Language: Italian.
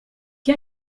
che